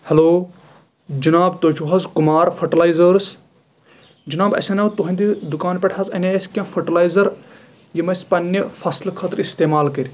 hello جِناب تُہۍ چھِو حظ کُمار فٔٹلایزٲرٕس جِناب اَسہِ اَنے تُہنٛدِ دُکان پٮ۪ٹھ حظ اَنے اَسہِ کیٚنٛہہ فٔٹلایزر یِم اَسہِ پَنٕنہِ فَصلہٕ خٲطرٕ اِستعمال کٔر